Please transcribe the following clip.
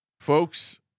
folks